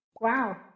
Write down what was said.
Wow